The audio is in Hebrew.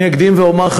אני אקדים ואומר,